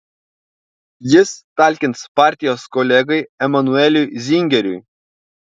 jis talkins partijos kolegai emanueliui zingeriui